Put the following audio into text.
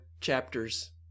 chapters